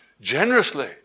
Generously